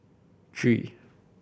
three